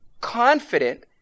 confident